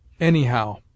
Anyhow